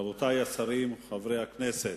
רבותי השרים, חברי הכנסת,